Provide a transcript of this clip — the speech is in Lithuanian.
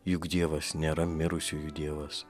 juk dievas nėra mirusiųjų dievas